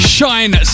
Shine